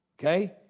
okay